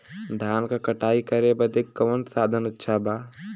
धान क कटाई करे बदे कवन साधन अच्छा बा?